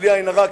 בלי עין הרע,